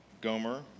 Gomer